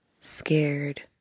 scared